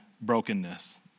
brokenness